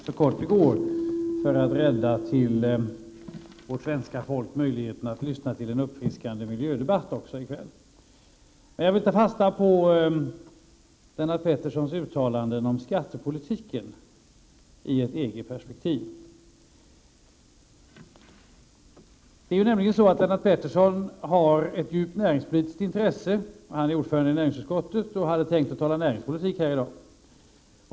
Herr talman! Jag vill göra den här repliken så kort som det går för att rädda möjligheten för vårt svenska folk att i kväll också lyssna till en uppfriskande miljödebatt. Jag vill ta fasta på Lennart Petterssons uttalande om skattepolitiken i ett EG-perspektiv. Lennart Pettersson har ett djupt näringspolitiskt intresse. Han är ordförande i näringsutskottet, och han hade tänkt tala näringspolitik här i dag.